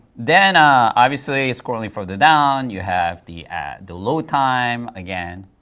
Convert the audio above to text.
then, ah obviously, scrolling further down, you have the the load time, again,